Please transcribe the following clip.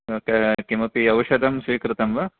okay किमपि औषधं स्वीकृतं वा